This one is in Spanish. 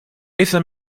esa